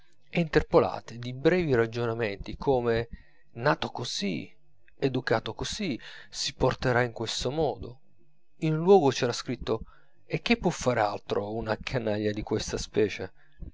interpolate di brevi ragionamenti come nato così educato così si porterà in questo modo in un luogo c'era scritto e che può far altro una canaglia di questa specie